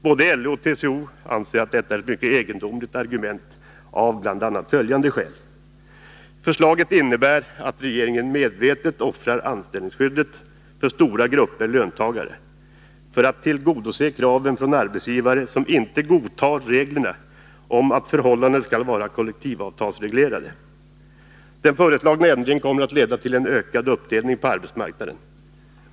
Både LO och TCO anser att detta är ett mycket egendomligt argument av bl.a. följande skäl: Förslaget innebär att regeringen medvetet offrar anställningsskyddet för stora grupper löntagare för att tillgodose kraven från arbetsgivare, som inte godtar reglerna om att arbetsförhållanden skall vara kollektivavtalsreglerade. Den föreslagna förändringen kommer att leda till en ökad uppdelning på arbetsmarknaden.